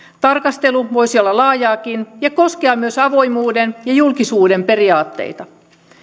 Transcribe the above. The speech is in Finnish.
tarkastelu voisi olla laajaakin ja koskea myös avoimuuden ja julkisuuden periaatteita